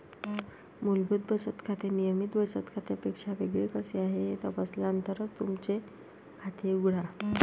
मूलभूत बचत खाते नियमित बचत खात्यापेक्षा वेगळे कसे आहे हे तपासल्यानंतरच तुमचे खाते उघडा